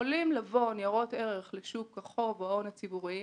יכולים לבוא ניירות ערך לשוק החוב או ההון הציבוריים